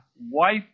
wife